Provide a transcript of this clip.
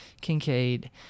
Kincaid